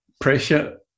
pressure